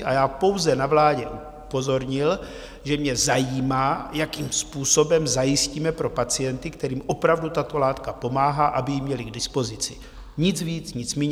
A já pouze na vládě upozornil, že mě zajímá, jakým způsobem zajistíme pro pacienty, kterým opravdu tato látka pomáhá, aby ji měli k dispozici, nic víc, nic míň.